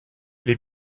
les